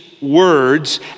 words